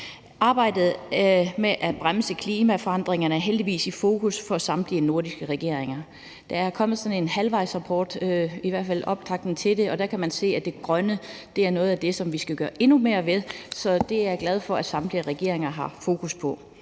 Arbejdet med at bremse klimaforandringerne er heldigvis i fokus for samtlige nordiske regeringer. Der er kommet sådan en halvvejsrapport – eller i hvert fald optakten til det – hvor man kan se, at det grønne er noget af det, som vi skal gøre endnu mere ved. Så det er jeg glad for at samtlige regeringer har fokus på.